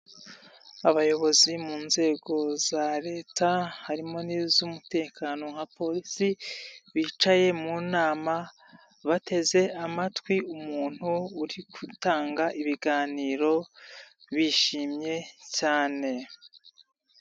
Abayobozi mu nzego za Leta harimo niz'umutekano nka Polisi bicaye mu nama bateze amatwi umuntu uri gutanga ibiganiro bishimye cyane.